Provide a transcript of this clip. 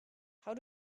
how